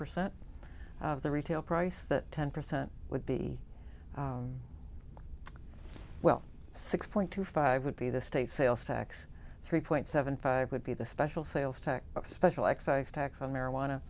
percent of the retail price that ten percent would be well six point two five would be the state sales tax three point seven five would be the special sales tax a special excise tax on marijuana